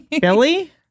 Billy